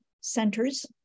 centers